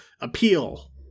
appeal